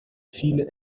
viele